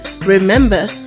Remember